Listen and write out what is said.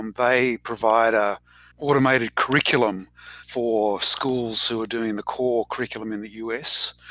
and they provide a automated curriculum for schools who are doing the core curriculum in the us.